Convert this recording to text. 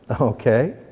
Okay